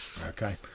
Okay